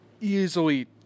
easily